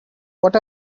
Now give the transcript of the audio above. what